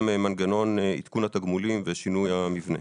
מנגנון עדכון התגמולים ושינוי המבנה.